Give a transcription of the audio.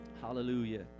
Hallelujah